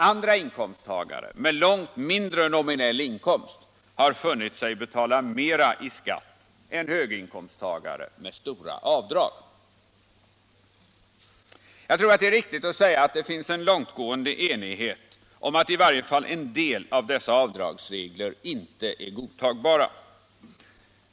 Andra inkomsttagare med långt mindre nominell inkomst har funnit sig betala mera i skatt än höginkomsttagare med stora avdrag. Jag tror att det är riktigt att säga att det finns en långtgående enighet om att i varje fall en del av dessa avdragsregler inte är godtagbara.